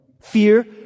Fear